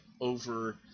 over